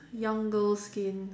young girls skin